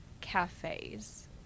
cafes